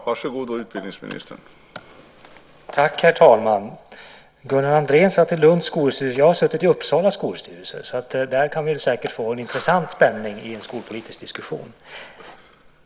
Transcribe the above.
Herr talman! Gunnar Andrén satt med i Lunds skolstyrelse. Jag har suttit med i Uppsala skolstyrelse så där kan vi säkert få en intressant spänning i en skolpolitisk diskussion.